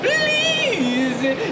Please